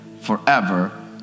forever